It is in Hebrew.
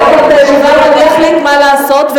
ואני אחליט מה לעשות,